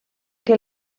que